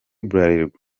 bralirwa